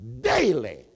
daily